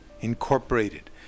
Incorporated